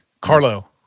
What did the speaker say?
carlo